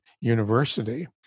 University